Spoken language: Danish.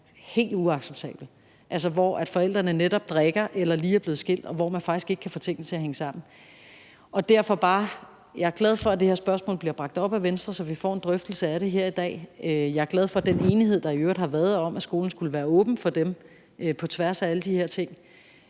helt uacceptabel, og hvor forældrene netop drikker eller lige er blevet skilt, og hvor man faktisk ikke kan få tingene til at hænge sammen. Derfor er jeg glad for, at dette spørgsmål bliver bragt op i Venstre, så vi får en drøftelse af det her i dag, og jeg er glad for den enighed, der i øvrigt har været, om, at skolen skulle være åben for dem på tværs af alle de her ting.